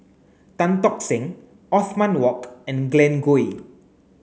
Tan Tock Seng Othman Wok and Glen Goei